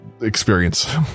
experience